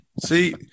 See